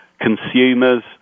consumers